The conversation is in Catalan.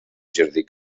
jardí